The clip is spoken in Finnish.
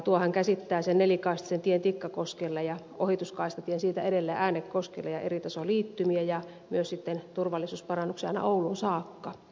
tuohan käsittää sen nelikaistaisen tien tikkakoskelle ja ohituskaistatien siitä edelleen äännekoskelle ja eritasoliittymiä ja myös sitten turvallisuusparannuksia aina ouluun saakka